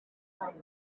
times